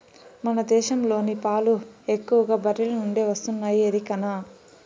మన దేశంలోని పాలు ఎక్కువగా బర్రెల నుండే వస్తున్నాయి ఎరికనా